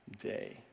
day